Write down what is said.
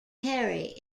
carry